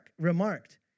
remarked